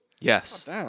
Yes